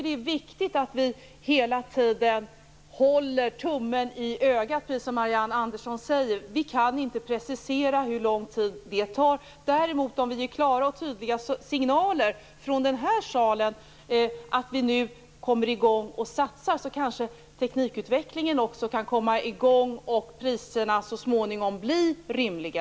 Det är viktigt att vi hela tiden håller tummen i ögat. Precis som Marianne Andersson säger kan vi inte precisera hur lång tid detta tar. Om vi ger klara och tydliga signaler från denna sal att nu komma igång och satsa, kanske teknikutvecklingen också kan komma igång och priserna så småningom bli rimliga.